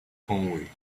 conway